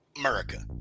America